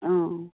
অঁ